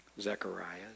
Zechariah